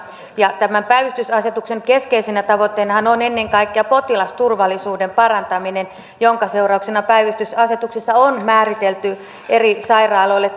tämän päivystysasetuksen keskeisenä tavoitteenahan on ennen kaikkea potilasturvallisuuden parantaminen jonka seurauksena päivystysasetuksessa on määritelty eri sairaaloille